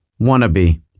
Wannabe